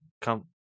Come